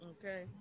Okay